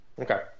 Okay